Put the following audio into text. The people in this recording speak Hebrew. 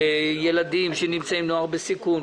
נוער בסיכון,